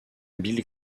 bill